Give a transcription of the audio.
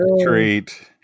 treat